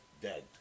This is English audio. dead